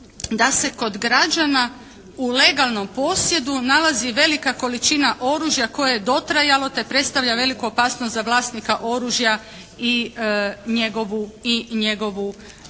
da se kod građana u legalnom posjedu nalazi velika količina oružja koja je dotrajala te predstavlja veliku opasnost za vlasnika oružja i njegovu okolinu.